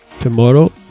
tomorrow